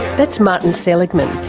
that's martin seligman,